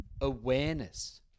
awareness